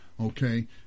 okay